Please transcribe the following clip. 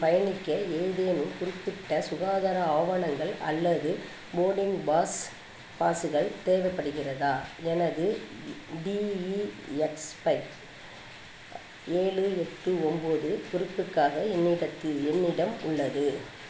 பயணிக்க ஏதேனும் குறிப்பிட்ட சுகாதார ஆவணங்கள் அல்லது போர்டிங் பாஸ் பாஸுகள் தேவைப்படுகிறதா எனது டிஇஎக்ஸ்பை ஏழு எட்டு ஒன்போது குறிப்புக்காக என்னிடத்தில் என்னிடம் உள்ளது